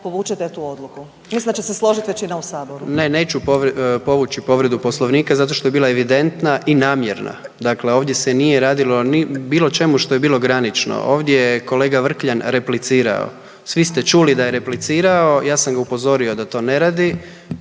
povučete tu odluku. Mislim da će se složit većina u saboru. **Jandroković, Gordan (HDZ)** Ne, neću povući povredu Poslovnika zato što je bila evidentna i namjerna, dakle ovdje se nije radilo ni o bilo čemu što je bilo granično. Ovdje je kolega Vrkljan replicirao, svi ste čuli da je replicirao, ja sam ga upozorio da to ne radi,